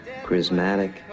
charismatic